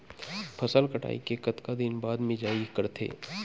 फसल कटाई के कतका दिन बाद मिजाई करथे?